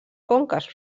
conques